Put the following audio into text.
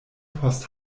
post